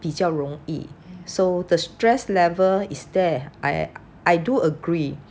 比较容易 so the stress level is there I I do agree